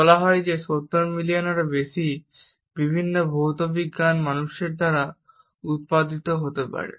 বলা হয় যে 70 মিলিয়নেরও বেশি বিভিন্ন ভৌত বিজ্ঞান মানুষের দ্বারা উত্পাদিত হতে পারে